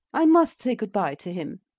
i must say good-bye to him.